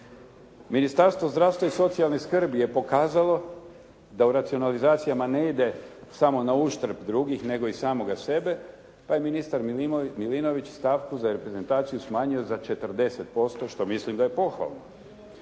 Ministarstvo zdravstva i socijalne skrbi je pokazalo da u racionalizacijama ne ide samo na uštrb drugih nego i samoga sebe, pa je ministar Milinović stavku za reprezentaciju smanjio za 40% što mislim da je pohvalno.